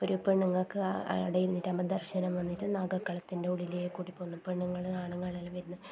ഒരു പെണ്ണുങ്ങള്ക്ക് ആ അവിടെ ഇരുന്നിട്ടാവുമ്പം ദർശനം വന്നിട്ട് നാഗക്കളത്തിൻ്റെ ഉള്ളിലേക്ക് ഓടിപ്പോകുന്നു പെണ്ണുങ്ങളും ആണുങ്ങളെല്ലാം വരുന്നു